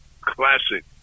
classic